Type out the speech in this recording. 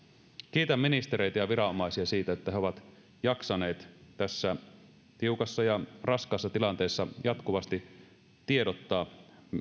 kiitän ministereitä ja viranomaisia siitä että he ovat jaksaneet tässä tiukassa ja raskaassa tilanteessa jatkuvasti tiedottaa